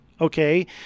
okay